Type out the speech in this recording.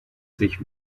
sich